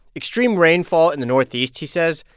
extreme rainfall in the northeast, he says,